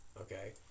Okay